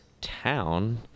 town